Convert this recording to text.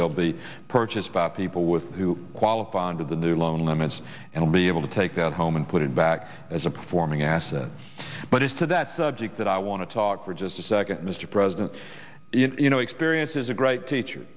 will be purchased by people with who qualify under the new loan limits and will be able to take that home and put it back as a performing asset but as to that subject that i want to talk for just a second mr president you know experience is a great teacher